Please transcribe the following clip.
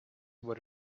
were